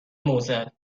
معضل